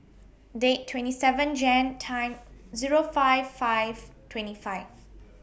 Day twenty seven Jan Time Zero five five twenty five